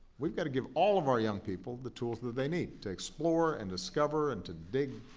we've got to give all of our young people the tools that they need to explore and discover, and to dig